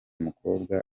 mukobwa